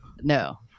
No